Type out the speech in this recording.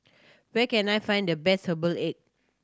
where can I find the best herbal egg